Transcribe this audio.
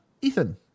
Ethan